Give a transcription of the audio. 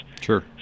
Sure